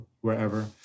wherever